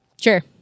Sure